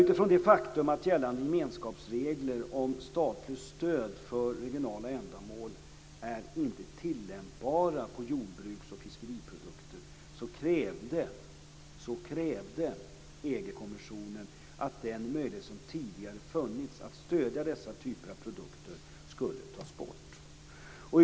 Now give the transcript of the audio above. Utifrån det faktum att gällande gemenskapsregler om statligt stöd för regionala ändamål inte är tillämpbara på jordbruks och fiskeriprodukter krävde EG kommissionen att den möjlighet som tidigare funnits att stödja dessa typer av produkter skulle tas bort.